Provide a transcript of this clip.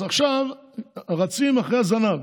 אז עכשיו רצים אחרי הזנב.